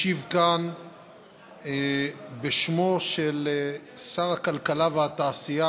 אני משיב כאן בשמו של שר הכלכלה והתעשייה